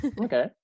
Okay